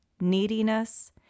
neediness